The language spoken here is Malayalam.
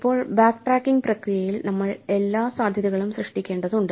ഇപ്പോൾ ബാക്ക്ട്രാക്കിംഗ് പ്രക്രിയയിൽ നമ്മൾ എല്ലാ സാധ്യതകളും സൃഷ്ടിക്കേണ്ടതുണ്ട്